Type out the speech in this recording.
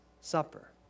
Supper